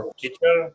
teacher